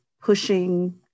pushing